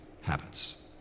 habits